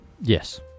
Yes